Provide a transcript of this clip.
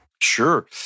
Sure